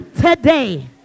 today